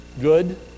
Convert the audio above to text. good